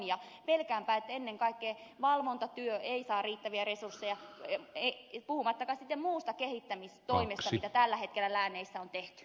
pelkäänpä että ennen kaikkea valvontatyö ei saa riittäviä resursseja puhumattakaan sitten muista kehittämistoimista joita tällä hetkellä lääneissä on tehty